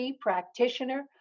practitioner